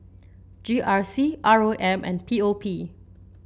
G R C R O M and P O P